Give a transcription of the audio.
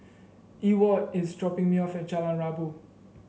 Ewart is dropping me off at Jalan Rabu